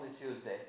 Tuesday